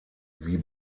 wie